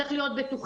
צריך להיות בטוחים.